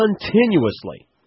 Continuously